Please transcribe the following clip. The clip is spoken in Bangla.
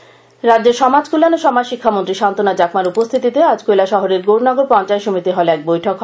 বৈঠক রাজ্যের সমাজ কল্যাণ ও সমাজ শিক্ষামন্ত্রী স্বান্তনা চাকমার উপস্থিতিতে আজ কৈলাসহরের গৌরনগর পঞ্চায়েত সমিতি হলে এক বৈঠক হয়